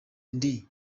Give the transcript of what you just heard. ndi